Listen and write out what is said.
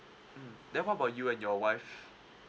mm then what about you and your wife